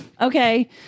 Okay